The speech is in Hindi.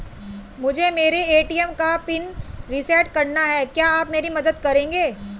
मुझे मेरे ए.टी.एम का पिन रीसेट कराना है क्या आप मेरी मदद करेंगे?